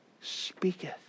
speaketh